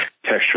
texture